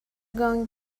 going